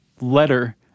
letter